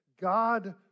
God